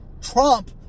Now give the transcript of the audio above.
Trump